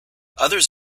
others